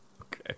Okay